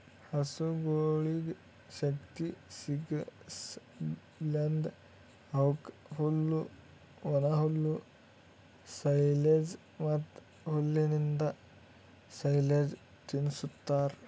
ಹಸುಗೊಳಿಗ್ ಶಕ್ತಿ ಸಿಗಸಲೆಂದ್ ಅವುಕ್ ಹುಲ್ಲು, ಒಣಹುಲ್ಲು, ಸೈಲೆಜ್ ಮತ್ತ್ ಹುಲ್ಲಿಂದ್ ಸೈಲೇಜ್ ತಿನುಸ್ತಾರ್